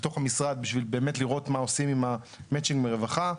בתוך המשרד בשביל לראות מה עושים עם המצ'ינג ברווחה.